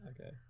Okay